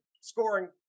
scoring